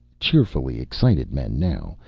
cheerfully excited men now,